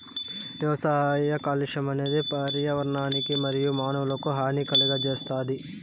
వ్యవసాయ కాలుష్యం అనేది పర్యావరణానికి మరియు మానవులకు హాని కలుగజేస్తాది